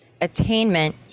attainment